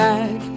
Back